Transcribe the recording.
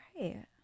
Right